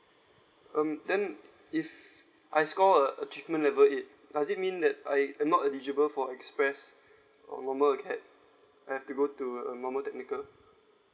um then if I score a achievement level eight does it mean that I I'm not eligible for express or normal educate I have to go to a normal technical